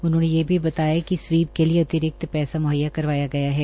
उन्होनें ये भी बताया कि स्वीप के लिए अतिरिक्त पैसा म्हैया करवाया गया है